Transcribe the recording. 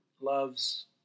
loves